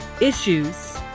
issues